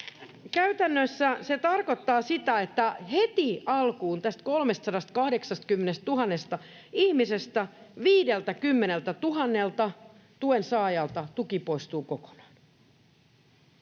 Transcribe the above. käytännössä se tarkoittaa sitä, että heti alkuun tästä 380 000 ihmisestä 50 000 tuensaajalta tuki poistuu kokonaan.